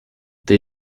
they